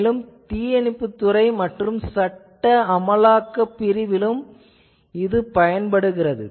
பிறகு தீயணைப்புத்துறை மற்றும் சட்ட அமலாக்கத் துறை போன்றவற்றிலும் பயன்படுகிறது